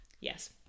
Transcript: yes